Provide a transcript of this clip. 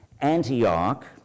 Antioch